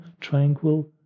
tranquil